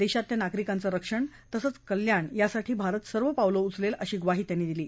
देशातल्या नागरिकांचं रक्षण तसंच कल्याण यासाठी भारत सर्व पावलं उचलेल अशी ग्वाही त्यांनी दिली